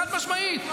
חד-משמעית,